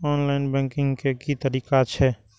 Online banking के की तरीका छै?